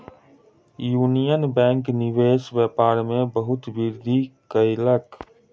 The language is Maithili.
यूनियन बैंक निवेश व्यापार में बहुत वृद्धि कयलक